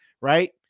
right